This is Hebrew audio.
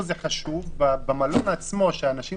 זה משאירים